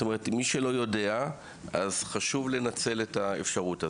זאת אומרת, מי שלא יודע חשוב לנצל את האפשרות הזו.